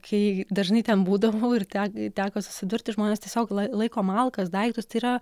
kai dažnai ten būdavau ir ten teko susidurti žmonės tiesiog laiko malkas daiktus tai yra